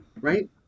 Right